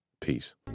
Peace